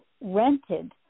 rented